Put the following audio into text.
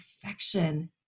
perfection